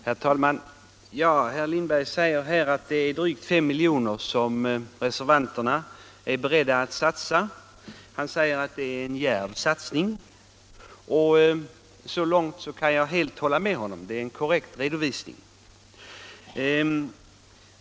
Herr talman! Herr Lindberg säger här att reservanterna är beredda att satsa drygt 5 milj.kr. Han säger att det är en djärv satsning. Så långt kan jag hålla med honom. Det är en korrekt redovisning.